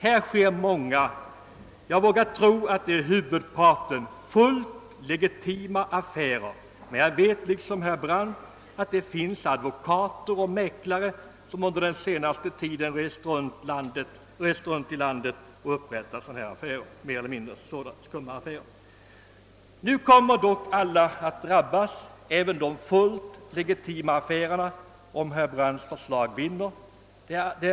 Här görs många — jag vågar tro att det är huvudparten — fullt legitima affärer. Men "jag vet liksom herr Brandt att det finns advokater och mäklare, som under den senaste tiden rest runt i landet och gjort skenaffärer. Nu kommer dock alla att drabbas — även de som gör fullt legitima affärer — om herr Brandts förslag vinner.